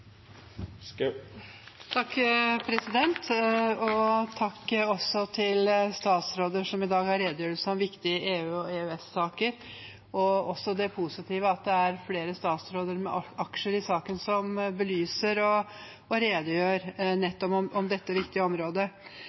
Takk til de statsråder som i dag redegjør om viktige EU- og EØS-saker. Det er positivt at det er flere statsråder med aksjer i saken som belyser og redegjør om dette viktige området.